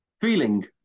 feeling